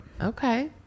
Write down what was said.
Okay